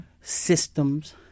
systems